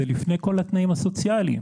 וזה לפני כל התנאים הסוציאליים.